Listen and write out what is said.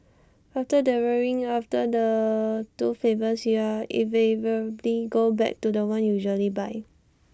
after dithering over the two favours you invariably go back to The One you usually buy